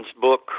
book